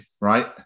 right